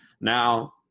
Now